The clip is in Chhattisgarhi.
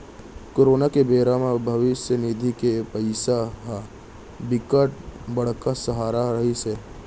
कोरोना के बेरा म भविस्य निधि के पइसा ह बिकट बड़का सहारा रहिस हे